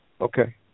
Okay